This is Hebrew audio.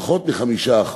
פחות מ-5%.